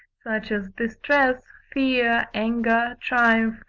such as distress, fear, anger, triumph,